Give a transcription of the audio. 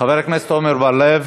חבר הכנסת עמר בר-לב,